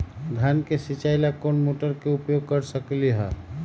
धान के सिचाई ला कोंन मोटर के उपयोग कर सकली ह?